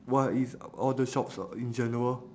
what is all the shops in general